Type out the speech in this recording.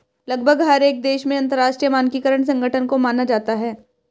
लगभग हर एक देश में अंतरराष्ट्रीय मानकीकरण संगठन को माना जाता है